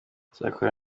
cyakora